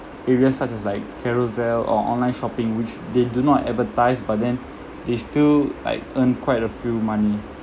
areas such as like carousell or online shopping which they do not advertise but then they still like earn quite a few money